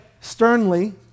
sternly